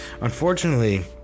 unfortunately